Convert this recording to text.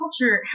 culture